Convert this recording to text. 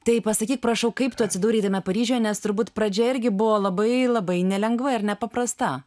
tai pasakyk prašau kaip tu atsidūrei tame paryžiuje nes turbūt pradžia irgi buvo labai labai nelengva ir nepaprasta